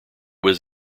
was